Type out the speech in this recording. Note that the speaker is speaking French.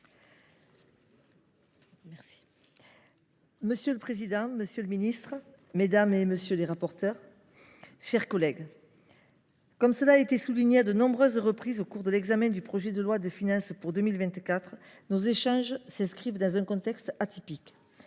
Monsieur le président, monsieur le ministre, mes chers collègues, comme cela a été souligné à de nombreuses reprises au cours de l’examen de ce projet de loi de finances pour 2024, nos échanges s’inscrivent dans un contexte atypique.